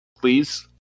Please